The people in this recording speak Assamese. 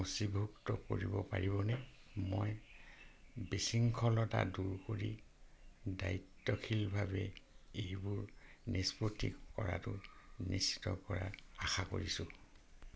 সূচীভুক্ত কৰিব পাৰিবনে মই বিশৃংখলতা দূৰ কৰি দায়িত্বশীলভাৱে এইবোৰ নিষ্পত্তি কৰাটো নিশ্চিত কৰাৰ আশা কৰিছোঁ